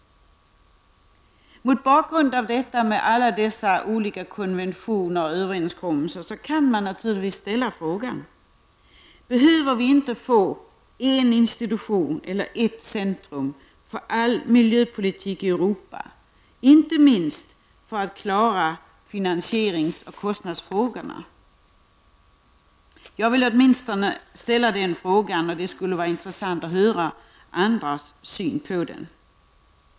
Med tanke på alla dessa konventioner och överenskommelser kan man naturligtvis ställa frågan: Behöver vi inte få en institution eller ett centrum för all miljöpolitik i Europa, inte minst för att klara finansierings och kostnadsfrågorna? Det vore intressant att få andras syn på detta.